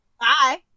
Bye